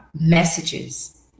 messages